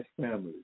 families